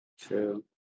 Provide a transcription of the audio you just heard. True